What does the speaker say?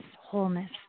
wholeness